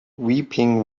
weeping